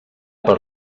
per